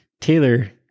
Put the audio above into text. Taylor